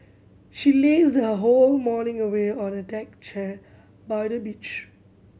she lazed her whole morning away on a deck chair by the beach